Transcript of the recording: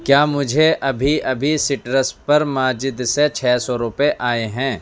کیا مجھے ابھی ابھی سٹرس پر ماجد سے چھ سو روپے آئے ہیں